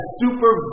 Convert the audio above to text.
super